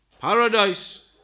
Paradise